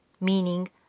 meaning